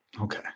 Okay